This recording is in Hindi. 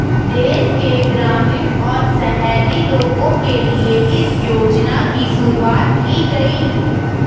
देश के ग्रामीण और शहरी लोगो के लिए इस योजना की शुरूवात की गयी